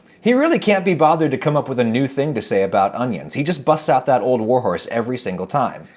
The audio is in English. he really can't be bothered to come up with a new thing to say about onions he just busts out that old warhorse, every single time.